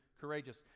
courageous